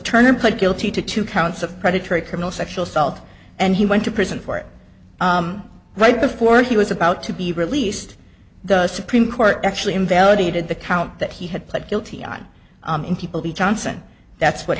turner put guilty to two counts of predatory criminal sexual assault and he went to prison for it right before he was about to be released the supreme court actually invalidated the count that he had pled guilty on and people be johnson that's what